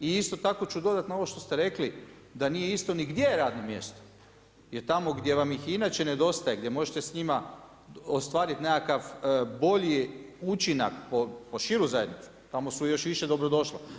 I isto tako ću dodati na ovo što ste rekli da nije isto ni gdje je radno mjesto jer tamo gdje vam ih i inače nedostaje gdje možete s njima ostvariti nekakav bolji učinak po širu zajednicu, tamo su još više dobrodošla.